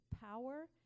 power